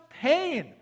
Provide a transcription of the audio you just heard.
pain